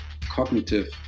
cognitive